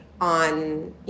on